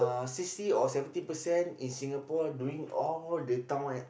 uh sixty or seventy percent in Singapore doing all the town at